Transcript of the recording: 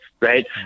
right